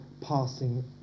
passing